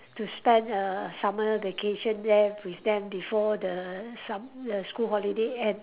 to spend err summer vacation there with them before the sum~ the school holiday end